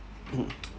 mm